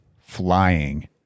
flying